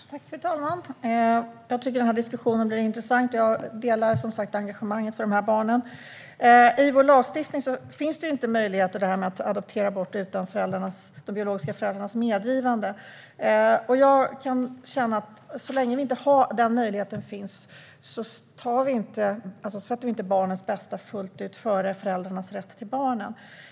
Fru talman! Jag tycker att diskussionen blir intressant. Jag delar engagemanget för de här barnen. I vår lagstiftning finns inte möjlighet att adoptera bort utan de biologiska föräldrarnas medgivande. Jag kan känna att så länge den möjligheten inte finns sätter vi inte barnens bästa fullt ut före föräldrarnas rätt till barnen.